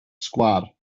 sgwâr